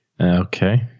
Okay